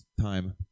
time